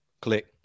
Click